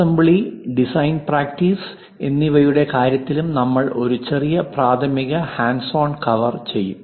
assembly design practice എന്നിവയുടെ കാര്യത്തിലും നമ്മൾ ഒരു ചെറിയ പ്രാഥമിക ഹാൻഡ് ഓൺ കവർ ചെയ്യും